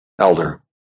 elder